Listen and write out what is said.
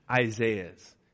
Isaiah's